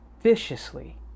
viciously